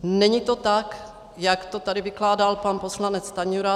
Není to tak, jak to tady vykládal pan poslanec Stanjura.